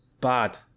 Bad